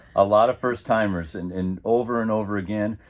a lot of first timers, and and over and over again.